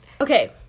Okay